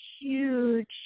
huge